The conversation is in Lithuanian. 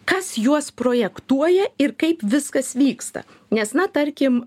kas juos projektuoja ir kaip viskas vyksta nes na tarkim